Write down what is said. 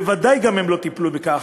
בוודאי גם הן לא טיפלו בכך.